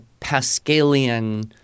Pascalian